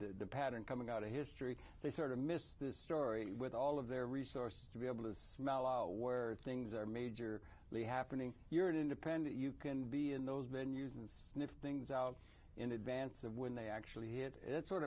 the pattern coming out of history they sort of missed this story with all of their resources to be able to where things are major the happening you're an independent you can be in those been used and sniff things out in advance of when they actually hit it sort